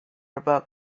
about